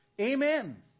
Amen